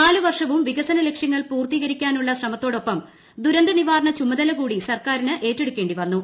നാല് വർഷവും വികസന ലക്ഷ്യങ്ങൾ പൂർത്തീകരിക്കാനുള്ള ശ്രമത്തോടൊപ്പം ദുരന്തനിവാരണ ചുമതല കൂടി സർക്കാരിന് ഏറ്റെടുക്കേണ്ടി വന്നു